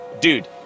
dude